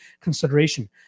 consideration